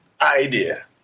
idea